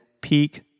peak